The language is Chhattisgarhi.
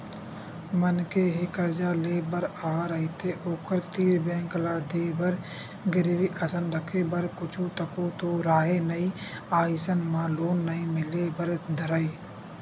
मनखे ह करजा लेय बर आय रहिथे ओखर तीर बेंक ल देय बर गिरवी असन रखे बर कुछु तको तो राहय नइ अइसन म लोन नइ मिले बर धरय